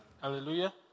Hallelujah